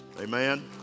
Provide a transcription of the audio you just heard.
Amen